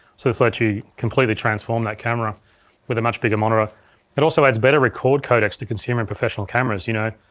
so this lets you completely transform that camera with a much bigger monitor. ah it also adds better record codecs to consumer and professional cameras, you know,